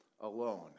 alone